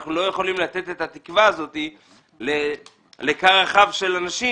אנחנו לא יכולים לתת את התקווה הזאת לקהל נרחב של אנשים